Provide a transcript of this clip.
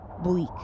bleak